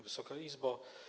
Wysoka Izbo!